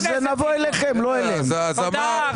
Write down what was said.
אז נבוא אליכם, לא אליהם.